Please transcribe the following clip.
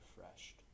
refreshed